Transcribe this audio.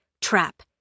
trap